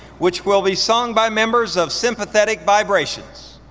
which will be sung by members of sympathetic vibrations.